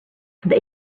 that